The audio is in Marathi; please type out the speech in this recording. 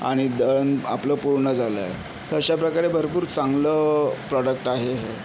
आणि दळण आपलं पूर्ण झालंय तर अशाप्रकारे भरपूर चांगलं प्रोडक्ट आहे हे